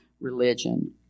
religion